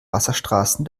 wasserstraßen